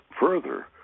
further